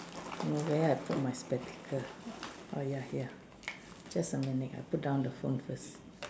where I put my spectacle oh ya here just a minute I put down the phone first